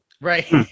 Right